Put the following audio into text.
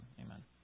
Amen